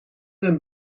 een